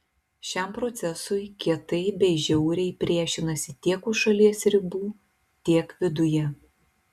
šiam procesui kietai bei žiauriai priešinasi tiek už šalies ribų tiek viduje